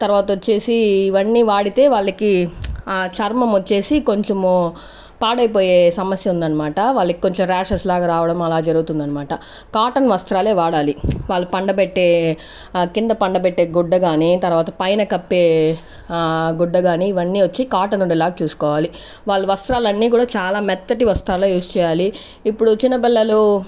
తర్వాత వచ్చేసి ఇవన్నీ వాడితే వాళ్లకి చర్మం వచ్చేసి కొంచెము పాడైపోయే సమస్య ఉందనమాట వాళ్ళకి కొంచెం ర్యాషస్ లాగా రావడం జరుగుతుంది అనమాట కాటన్ వస్త్రాలే వాడాలి వాళ్ల పండబెట్టే కింద పండబెట్టె గుడ్డ గాని తర్వాత పైన కప్పే గుడ్డ గాని ఇవన్నీ వచ్చి కాటన్ ఉండేలాగా చూసుకోవాలి వాళ్ళ వస్త్రాలన్నీ కూడా చాలా మెత్తటి వస్త్రాలు యూస్ చేయాలి ఇప్పుడు చిన్న పిల్లలు